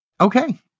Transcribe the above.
Okay